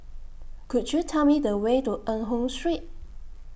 Could YOU Tell Me The Way to Eng Hoon Street